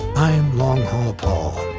i'm long haul paul.